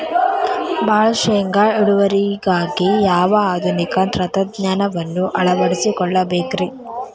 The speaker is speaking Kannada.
ಭಾಳ ಶೇಂಗಾ ಇಳುವರಿಗಾಗಿ ಯಾವ ಆಧುನಿಕ ತಂತ್ರಜ್ಞಾನವನ್ನ ಅಳವಡಿಸಿಕೊಳ್ಳಬೇಕರೇ?